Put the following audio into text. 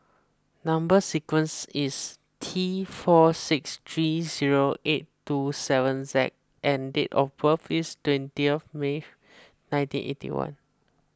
Number Sequence is T four six three zero eight two seven Z and date of birth is twenty of May nineteen eighty one